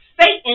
Satan